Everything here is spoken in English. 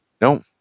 No